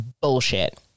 bullshit